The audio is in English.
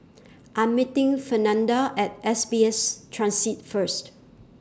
I Am meeting Fernanda At S B S Transit First